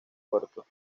puerto